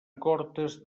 cortes